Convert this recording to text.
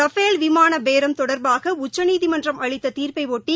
Rafale விமானபேரம் தொடா்பாகஉச்சநீதிமன்றம் அளித்ததீாப்பைபொட்டி